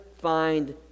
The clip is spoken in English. find